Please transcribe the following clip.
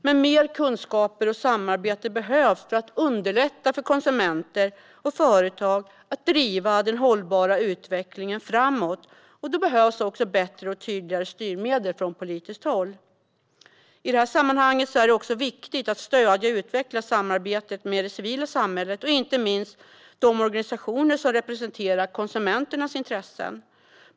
Men mer kunskap och samarbete behövs för att underlätta för konsumenter och företag att driva den hållbara utvecklingen framåt, och då behövs det också bättre och tydligare styrmedel från politiskt håll. I det här sammanhanget är det också viktigt att stödja och utveckla samarbetet med det civila samhället och inte minst de organisationer som representerar konsumenternas intressen.